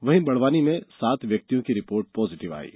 वहीं बड़वानी में सात व्यक्तियों की रिपोर्ट पॉजिटिव आई है